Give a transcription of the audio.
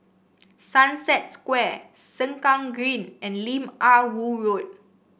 Sunset Square Sengkang Green and Lim Ah Woo Road